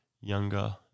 younger